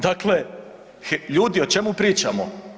Dakle, ljudi o čemu pričamo?